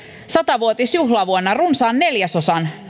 sata vuotisjuhlavuonna runsaan neljäsosan